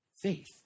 faith